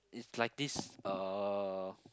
is like this uh